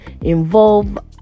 involve